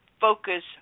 focus